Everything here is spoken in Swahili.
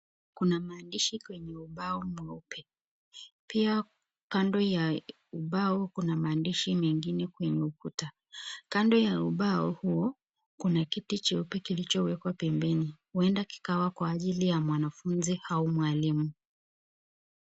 Kuna maandishi kwenye ubao mweupe pia kando ya ubao kuna maandishi mengine kwenye ukuta . Kando ya ubao huo kuna kiti cheupe kilichowekwa pembeni huenda kikawa kwa ajili ya mwanafunzi au mwalimu .